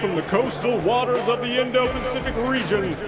the coastal waters of the indo-pacific region.